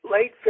late